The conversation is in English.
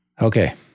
okay